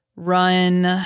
run